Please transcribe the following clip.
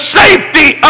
safety